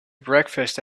breakfast